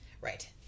Right